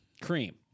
cream